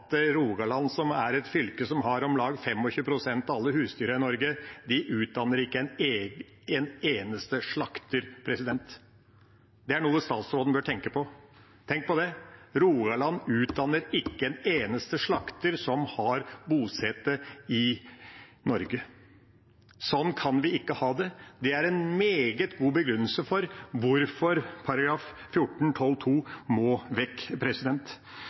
Rogaland, som er et fylke som har om lag 25 pst. av alle husdyrene i Norge, utdanner ikke en eneste slakter. Det er noe statsråden bør tenke på. Tenk på det, at Rogaland ikke utdanner en eneste slakter som er bosatt i Norge. Sånn kan vi ikke ha det. Det er en meget god begrunnelse for hvorfor § 14-12 andre ledd må vekk.